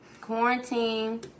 quarantine